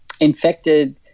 infected